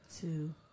two